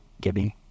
giving